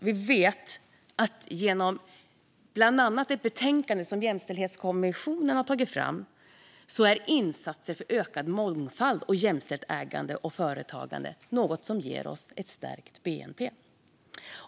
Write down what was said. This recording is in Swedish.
Vi vet genom bland annat ett betänkande som Jämställdhetskommissionen tagit fram att insatser för ökad mångfald och jämställt ägande och företagande är något som ger oss stärkt bnp.